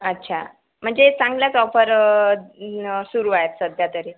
अच्छा म्हणजे चांगल्याच ऑफर सुरू आहेत सध्यातरी